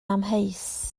amheus